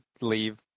leave